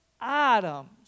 items